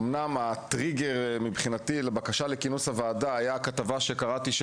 אמנם הטריגר לבקשה לכינוס הוועדה היה מבחינתי בכתבה שקראתי,